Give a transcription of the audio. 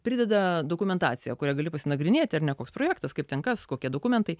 prideda dokumentaciją kuria gali pasinagrinėti ar ne koks projektas kaip ten kas kokie dokumentai